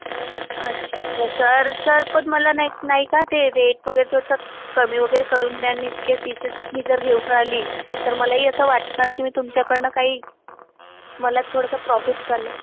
अच्छा अच्छा sir sir पण मला नाही नाही का ते रेट वगैरे थोडंसं कमी वगैरे करून द्याल इतके पीसेस मी जर घेऊन राहली तर मलाही असं वाटणार की मी तुमच्याकडनं काही मला थोडंसं प्रॉफिट झालं